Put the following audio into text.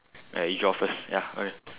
ya you draw first ya okay